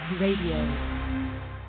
Radio